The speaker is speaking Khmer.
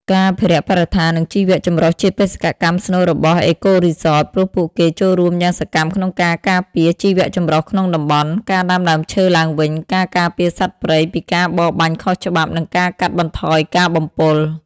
ការអភិរក្សបរិស្ថាន និងជីវៈចម្រុះជាបេសកកម្មស្នូលរបស់ អេកូរីសត ព្រោះពួកគេចូលរួមយ៉ាងសកម្មក្នុងការការពារជីវៈចម្រុះក្នុងតំបន់ ការដាំដើមឈើឡើងវិញ ការការពារសត្វព្រៃពីការបរបាញ់ខុសច្បាប់ និងការកាត់បន្ថយការបំពុល។